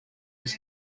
his